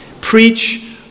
Preach